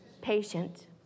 patient